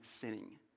sinning